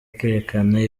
kwerekana